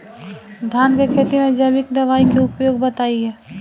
धान के खेती में जैविक दवाई के उपयोग बताइए?